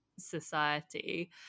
Society